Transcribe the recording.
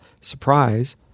Surprise